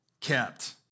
kept